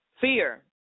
Fear